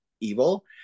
evil